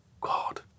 God